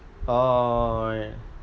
orh right